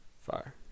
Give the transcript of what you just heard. fire